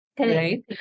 Right